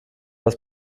das